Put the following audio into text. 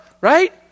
right